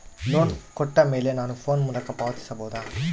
Loan ಕೊಟ್ಟ ಮೇಲೆ ನಾನು ಫೋನ್ ಮೂಲಕ ಪಾವತಿಸಬಹುದಾ?